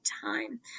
time